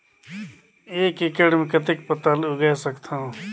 एक एकड़ मे कतेक पताल उगाय सकथव?